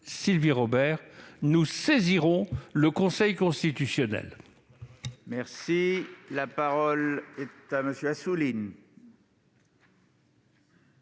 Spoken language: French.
Sylvie Robert, nous saisirons le Conseil constitutionnel. La parole est à M. David Assouline,